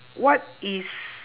what is